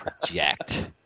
project